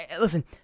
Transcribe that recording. listen